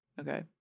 Okay